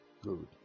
good